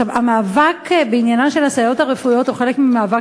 המאבק בעניינן של הסייעות הרפואיות הוא חלק ממאבק